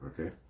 okay